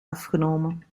afgenomen